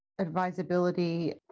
advisability